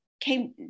came